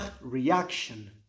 reaction